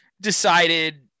decided